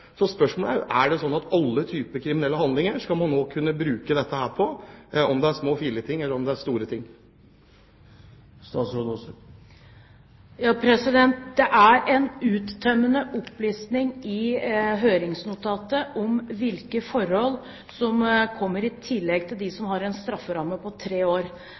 alle typer kriminelle handlinger – om det er små filleting, eller om det er store ting? Det er en uttømmende opplisting i høringsnotatet om hvilke forhold som kommer i tillegg til dem som har en strafferamme på tre år.